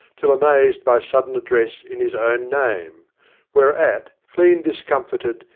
till amazed by sudden address in his own name whereat, clean discomfited,